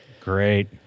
Great